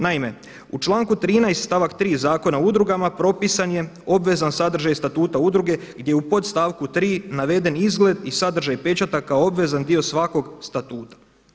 Naime, u članku 13. stavak 3. Zakona o udrugama propisan je obvezan sadržaj statuta udruge gdje u podstavku 3. naveden izgled i sadržaj pečata kao obvezan dio svakog statuta.